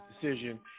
decision